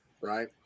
right